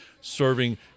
serving